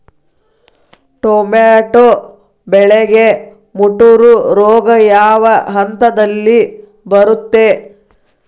Tomato ಬೆಳೆಗೆ ಮುಟೂರು ರೋಗ ಯಾವ ಹಂತದಲ್ಲಿ ಬರುತ್ತೆ?